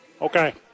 Okay